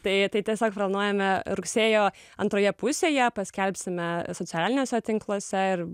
tai tai tiesiog planuojame rugsėjo antroje pusėje paskelbsime socialiniuose tinkluose ir